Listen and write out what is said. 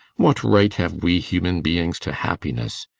what right have we human beings to happiness?